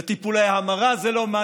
וטיפולי המרה זה לא מעניין.